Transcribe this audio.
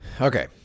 Okay